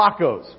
Tacos